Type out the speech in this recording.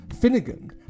Finnegan